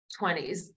20s